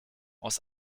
aus